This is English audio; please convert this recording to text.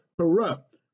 corrupt